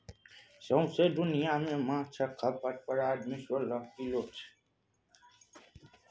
सौंसे दुनियाँ मे माछक खपत पर आदमी सोलह किलो छै